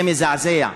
זה מזעזע.